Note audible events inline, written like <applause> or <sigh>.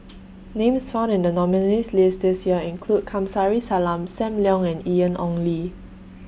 <noise> Names found in The nominees' list This Year include Kamsari Salam SAM Leong and Ian Ong Li